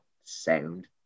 sound